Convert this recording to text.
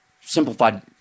simplified